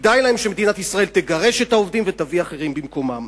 כדאי להם שמדינת ישראל תגרש את העובדים ותביא אחרים במקומם.